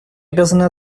обязаны